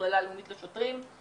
המכללה הלאומית לשוטרים,